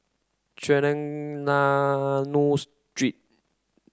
Trengganu Street